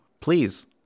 Please